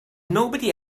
nobody